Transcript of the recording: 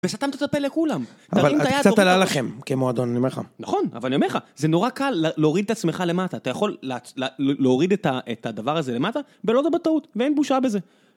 וסתמת תפה לכולם. תרים את היד... אבל קצת עלה לכם, כמועדון, אני אומר לך. נכון, אבל אני אומר לך, זה נורא קל להוריד את עצמך למטה. אתה יכול להוריד את ה... את הדבר הזה למטה, ולהודות בטעות. ואין בושה בזה.